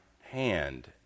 hand